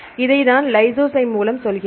இதை நான் லைசோசைம் மூலம் சொல்கிறேன்